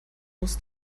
muss